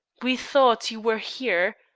we thought you were here.